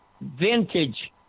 vintage